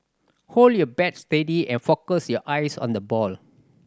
hold your bat steady and focus your eyes on the ball